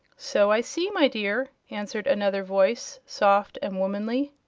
so i see, my dear, answered another voice, soft and womanly.